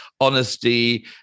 honesty